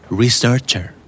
researcher